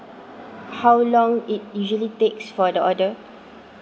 how long it usually takes for the order